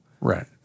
Right